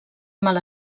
mal